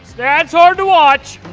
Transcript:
that's hard to watch.